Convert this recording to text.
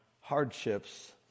hardships